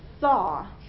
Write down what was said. saw